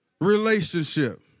Relationship